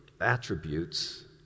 attributes